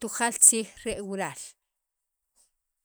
Tujaal tziij re wural